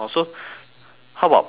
how about perceptions